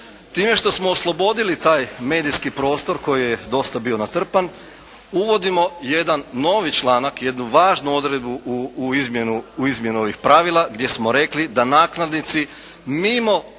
Time što smo oslobodili taj medijski prostor koji je dosta bio natrpan, uvodimo jedan novi članak, jednu važnu odredbu u izmjenu ovih pravila gdje smo rekli da nakladnici mimo